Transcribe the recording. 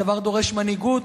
הדבר דורש מנהיגות,